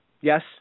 Yes